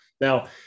Now